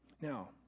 Now